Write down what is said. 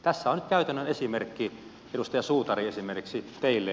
tässä on nyt käytännön esimerkki edustaja suutari esimerkiksi teille